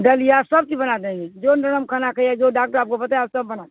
دلیا سب چیز بنا دیں گے جو نرم کھانا ہے جو ڈاکٹر آپ کو بتایا سب بنا دیں گے